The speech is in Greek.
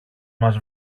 μας